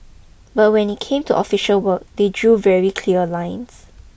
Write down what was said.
but when it came to official work they drew very clear lines